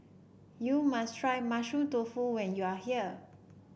you must try Mushroom Tofu when you are here